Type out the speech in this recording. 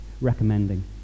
recommending